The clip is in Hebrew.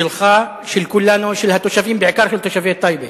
שלך, של כולנו, של התושבים, בעיקר של תושבי טייבה,